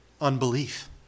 Unbelief